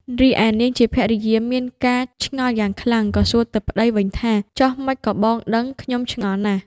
រីឯនាងជាភរិយាមានការឆ្ងល់យ៉ាងខ្លាំង ក៏សួរទៅប្ដីវិញថា ចុះម៉េចក៏បងដឹង ខ្ញុំឆ្ងល់ណាស់។